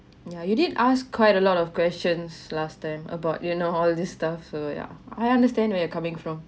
ya you did ask quite a lot of questions last time about you know all this stuff so ya I understand where you're coming from